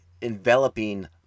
enveloping